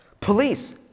Police